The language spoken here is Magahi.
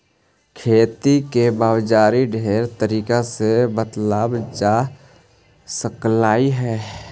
खेती के बाजारी ढेर तरीका से बताबल जा सकलाई हे